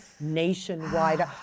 nationwide